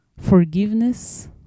forgiveness